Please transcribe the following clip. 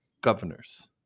governors